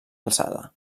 alçada